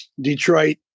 Detroit